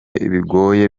bigoye